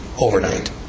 overnight